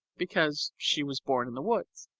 because she was born in the woods.